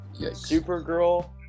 Supergirl